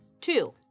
two